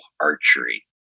Archery